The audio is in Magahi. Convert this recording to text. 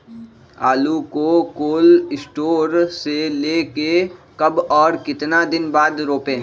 आलु को कोल शटोर से ले के कब और कितना दिन बाद रोपे?